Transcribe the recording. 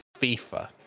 FIFA